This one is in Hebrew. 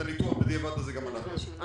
את הניתוח בדיעבד הזה גם אנחנו עשינו.